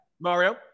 mario